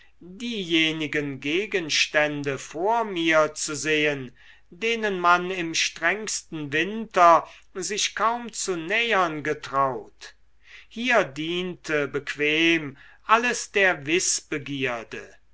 diejenigen gegenstände vor mir zu sehen denen man im strengsten winter sich kaum zu nähern getraut hier diente bequem alles der wißbegierde